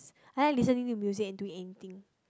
I like listening to music and do anything